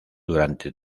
durante